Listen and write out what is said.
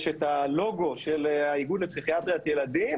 יש את הלוגו של האיגוד לפסיכיאטריית ילדים,